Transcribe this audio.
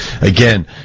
again